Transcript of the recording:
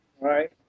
right